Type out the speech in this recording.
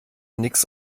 nix